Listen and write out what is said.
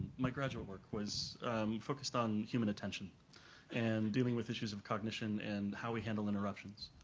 my graduate work was focused on human attention and dealing with issues of cognition and how we handle interruptions.